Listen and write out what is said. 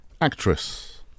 Actress